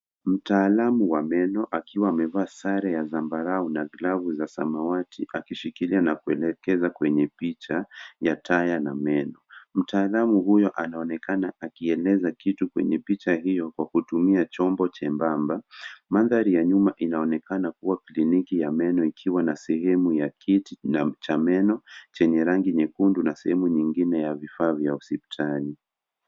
Mtaalamu wa meno akiwa amevaa sare ya zambarau na glavu za samawati, akishikilia na kuelekeza kwenye picha ya taya na meno. Mtaalamu huyo anaonekana akieleza kitu kwenye picha hiyo kwa kutumia chombo chembamba. Mandhari ya nyuma inaonekana kuwa kliniki ya meno ikiwa na sehemu ya kiti na mcha meno chenye rangi nyekundu na sehemu nyingine ya vifaa vya hospitali.